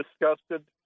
disgusted